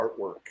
artwork